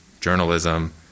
journalism